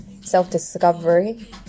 self-discovery